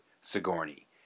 Sigourney